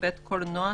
בית קולנוע,